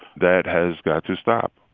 that has got to stop,